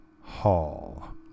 Hall